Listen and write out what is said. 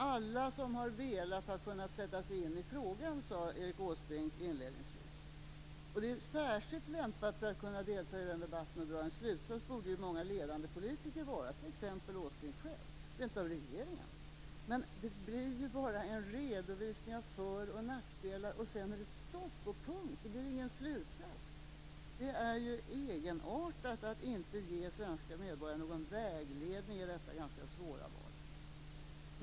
Alla som har velat har kunnat sätta sig in i frågan, sade Erik Åsbrink inledningsvis. Särskilt lämpade för att delta i den debatten och dra en slutsats borde många ledande politiker vara, t.ex. Åsbrink själv och rent av hela regeringen. Men vi får bara en redovisning av för och nackdelar. Sedan är det stopp. Vi får ingen slutsats. Det är egenartat att inte ge svenska medborgare någon vägledning i detta ganska svåra val.